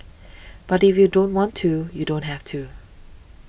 but if you don't want to you don't have to